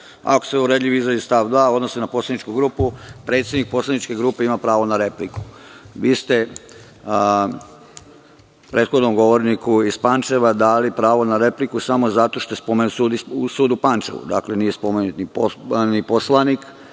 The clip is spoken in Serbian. Ako se uvredljivi izrazi – stav 2. – odnose na poslaničku grupu, predsednik poslaničke grupe ima pravo na repliku. Vi ste prethodnom govorniku iz Pančeva dali pravo na repliku samo zato što je spomenut sud u Pančevu. Nije spomenut ni poslanik